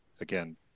again